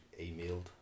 emailed